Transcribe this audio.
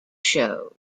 shows